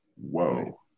Whoa